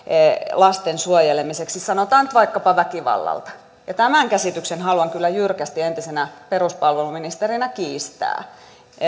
lasten suojelemiseksi sanotaan nyt vaikkapa väkivallalta tämän käsityksen haluan kyllä jyrkästi entisenä peruspalveluministerinä kiistää